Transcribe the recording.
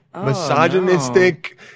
misogynistic